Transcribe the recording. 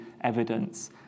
evidence